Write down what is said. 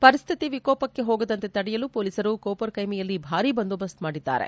ಪರಿಸ್ಥಿತಿ ವಿಕೋಪಕ್ಕೆ ಹೋಗದಂತೆ ತಡೆಯಲು ಪೊಲೀಸರು ಕೋಪರ್ಕೈಮೆಯಲ್ಲಿ ಭಾರಿ ಬಂದೋಬಸ್ತ್ ಮಾಡಿದ್ದಾರೆ